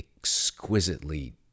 exquisitely